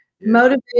motivation